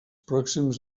pròxims